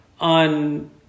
on